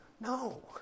No